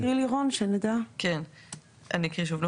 את יכולה להקריא לירון, שנדע?